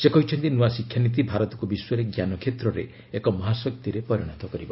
ସେ କହିଛନ୍ତି ନ୍ନଆ ଶିକ୍ଷାନୀତି ଭାରତକୁ ବିଶ୍ୱରେ ଜ୍ଞାନ କ୍ଷେତ୍ରରେ ଏକ ମହାଶକ୍ତିରେ ପରିଣତ କରିବ